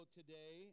today